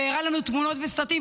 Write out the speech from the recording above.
והראה לנו תמונות וסרטים,